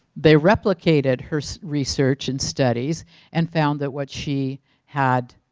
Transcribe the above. they replicated her research and studies and found that what she had